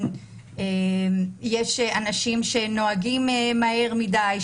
יש אנשים שנוהגים מהר מדי,